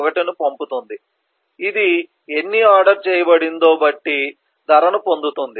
1 ను పంపుతుంది ఇది ఎన్ని ఆర్డర్ చేయబడిందో బట్టి ధరను పొందుతుంది